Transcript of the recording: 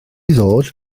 ddod